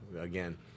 Again